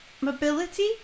mobility